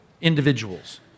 individuals